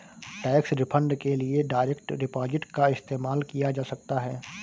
tax refund के लिए direct deposit का इस्तेमाल किया जा सकता हैं